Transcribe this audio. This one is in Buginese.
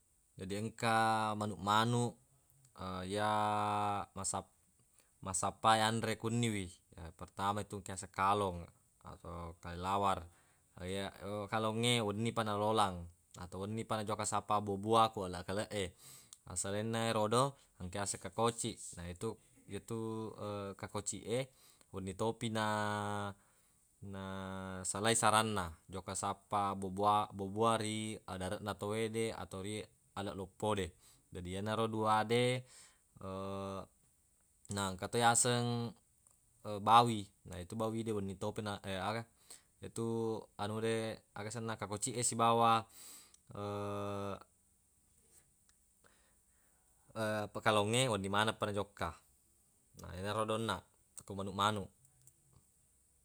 Jadi engka manuq-manuq ya massap- massappa anre ko wenni wi pertama yetu engka yaseng kalong atau kelelawar kalongnge wenni pa nalolang atau wenni pa najokka sappa bua-bua ko aleq-kaleq e na salainna erodo engka yaseng kakoci na yetu kakoci e wenni topi na- nasalai saranna jokka sappa bua-bua bua-bua ri adareq na tawwe de atau ri aleq loppo de jadi yenaro dua de na engka to yaseng bawi na yetu bawi de wenni topi na- aga yetu anu de agasenna kakoci e sibawa pekalongnge wenni maneng pa najokka na yenaro onnaq ako manuq-manuq.